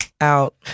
out